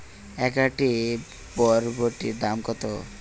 এক আঁটি বরবটির দাম কত?